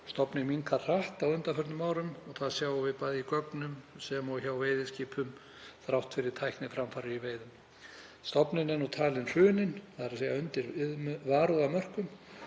hefur minnkað hratt á undanförnum árum. Það sjáum við bæði í gögnum sem og hjá veiðiskipum þrátt fyrir tækniframfarir í veiðum. Stofninn er talinn hruninn, þ.e. undir varúðarmörkum,